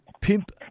Pimp